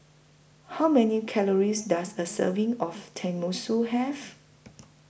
How Many Calories Does A Serving of Tenmusu Have